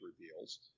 reveals